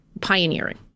pioneering